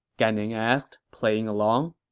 gan ning asked, playing along